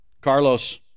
Carlos